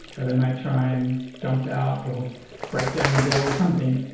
or they may try and jump out or break down the door or something,